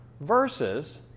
versus